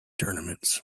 tournaments